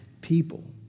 people